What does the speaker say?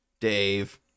Dave